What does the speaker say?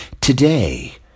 Today